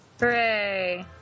Hooray